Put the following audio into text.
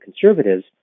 Conservatives